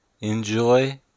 Enjoy